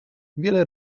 wiele